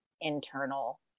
internal